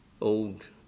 old